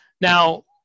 now